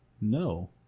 No